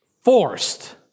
forced